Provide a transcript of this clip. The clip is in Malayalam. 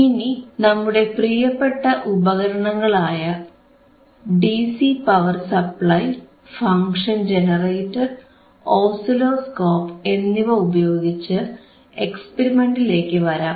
ഇനി നമ്മുടെ പ്രിയപ്പെട്ട ഉപകരണങ്ങളായ DC power supply function generator oscilloscope എന്നിവ ഉപയോഗിച്ച് എക്സ്പെരിമെന്റിലേക്കു വരാം